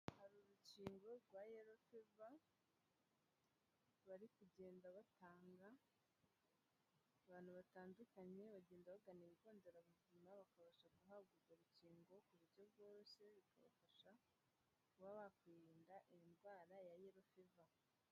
Hari urukingo rwa Yellow fever, bari kugenda batanga, abantu batandukanye bagenda bagana ibigo nderabuzima bakabasha guhabwa urwo rukingo ku buryo bworoshye, bakabafasha kuba bakwirinda iyi ndwara ya Yellow fever.